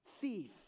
thief